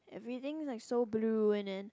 everything like so blue and then